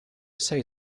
say